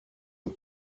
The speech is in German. und